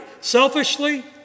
selfishly